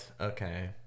Okay